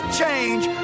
change